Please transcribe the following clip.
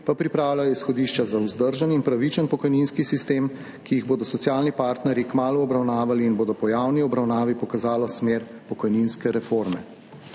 pa pripravljajo izhodišča za vzdržen in pravičen pokojninski sistem, ki jih bodo socialni partnerji kmalu obravnavali in bodo po javni obravnavi pokazalo smer pokojninske reforme.